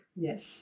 Yes